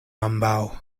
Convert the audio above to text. ambaŭ